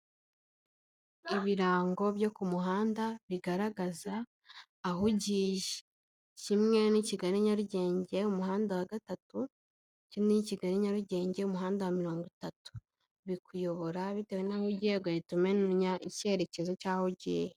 Ibirango byo ku muhanda bigaragaza aho ugiye kimwe ni kigali nyarugenge umuhanda wa gatatu, ikindi ni kigali nyarugenge umuhanda wa mirongo itatu, bikuyobora bitewe n'aho ugiye ugahita umenya icyerekezo cy'aho ugiye.